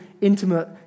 intimate